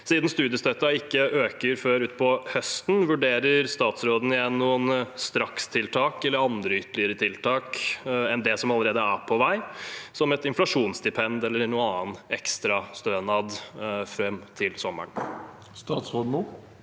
Siden studiestøtten ikke øker før utpå høsten: Vurderer statsråden igjen noen strakstiltak eller andre ytterligere tiltak enn det som allerede er på vei, som et inflasjonsstipend eller en annen ekstrastønad, fram til sommeren? Statsråd Ola